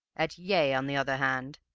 at yea, on the other hand,